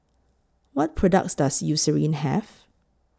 What products Does Eucerin Have